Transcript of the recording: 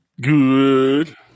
Good